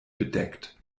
bedeckt